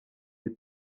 des